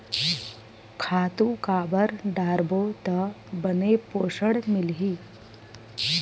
खातु काबर डारबो त बने पोषण मिलही?